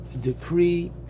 decree